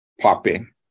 popping